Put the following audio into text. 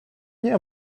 nie